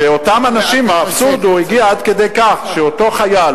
שאותם אנשים האבסורד הגיע עד כדי כך שאותו חייל,